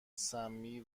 سمی